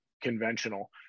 conventional